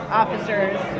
officers